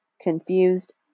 confused